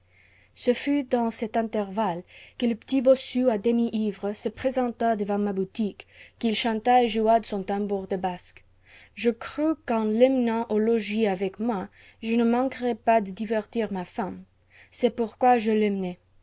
ce futdanscet intervalle que le petit bossu àdemi ivre se présenta devant ma boutique qu'il chanta et joua de son tambour de basque je crus qu'en l'emmenant au logis avec moi je ne manquerais pas de divertir ma femme c'est pourquoi je l'emmenai